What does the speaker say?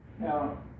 Now